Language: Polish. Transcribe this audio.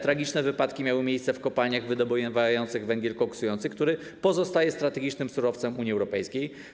Tragiczne wypadki miały miejsce w kopalniach wydobywających węgiel koksujący, który pozostaje strategicznym surowcem Unii Europejskiej.